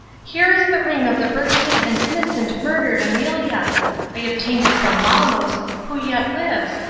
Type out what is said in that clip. here is the ring of the virtuous and innocent murdered amelia i obtained it from malos, who yet lives,